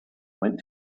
went